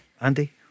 Andy